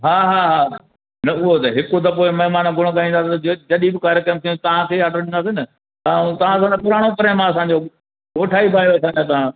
हा हा हा न उहा त हिक दफ़ो महिमान घुरंदा ईंदा त जॾहिं बि कार्यक्रम थींदो तव्हांखे ई ऑडर ॾींदासीं न तव्हां ऐं तव्हांखां त पुराणो प्रेम आहे असांजो हुओ ठही पियो